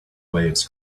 waves